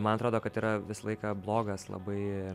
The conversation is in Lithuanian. man atrodo kad yra visą laiką blogas labai